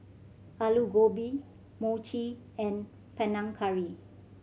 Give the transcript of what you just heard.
Alu Gobi Mochi and Panang Curry